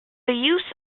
use